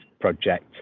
project